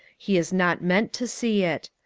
he is not meant to see it.